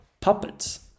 puppets